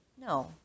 no